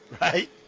Right